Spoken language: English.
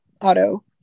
auto